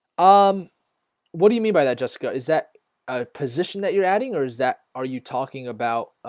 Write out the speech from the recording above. um what do you mean by that jessica is that a position that you're adding, or is that are you talking about?